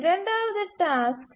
இரண்டாவது டாஸ்க்